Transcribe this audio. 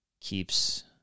keeps